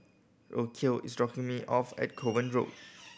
Rocio is dropping me off at Kovan Road